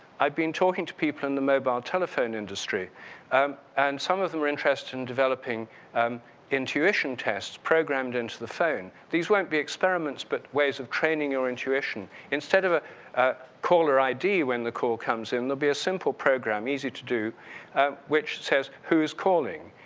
i've been talking to people in the mobile telephone industry um and some of them were interest in developing um intuition test programmed into the phone. these won't be experiments but ways of training your intuition. instead of ah a caller id when the call comes in, there'll be a simple program, easy to do which says who is calling,